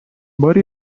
باری